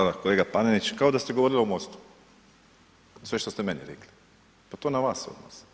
Hvala kolega Panenić kao da ste govorili o MOSTU, sve što ste meni rekli, pa to na vas se odnosi.